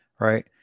right